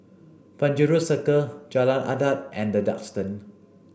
Penjuru Circle Jalan Adat and the Duxton